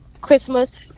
christmas